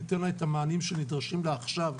ניתן לה את המענים שנדרשים לה עכשיו,